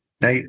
Now